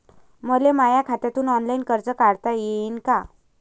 मले माया खात्यातून ऑनलाईन कर्ज काढता येईन का?